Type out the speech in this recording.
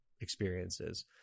experiences